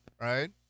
Right